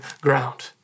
ground